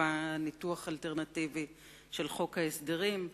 ובה ניתוח אלטרנטיבי של חוק ההסדרים.